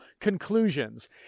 conclusions